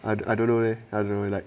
I don't know leh I don't really like